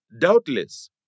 Doubtless